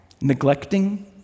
Neglecting